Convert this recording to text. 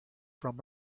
from